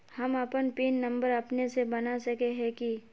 हम अपन pin number अपने से बना सके है की?